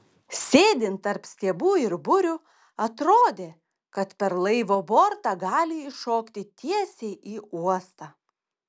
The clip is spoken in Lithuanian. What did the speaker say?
sėdint tarp stiebų ir burių atrodė kad per laivo bortą gali iššokti tiesiai į uostą